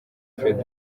fred